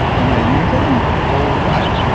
am i unicorn or what?